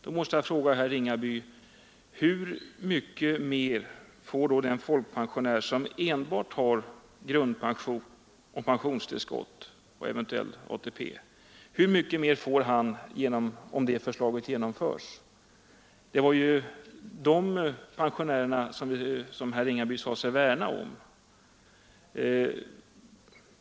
Då måste jag fråga herr Ringaby: Hur mycket mer får då den folkpensionär som enbart har grundpension, pensionstillskott och eventuellt ATP om det förslaget genomförs? Det var de pensionärerna som herr Ringaby sade sig värna om!